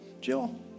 Jill